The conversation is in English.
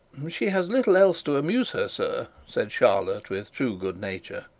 she has little else to amuse her, sir said charlotte with true good nature.